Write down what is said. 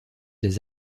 des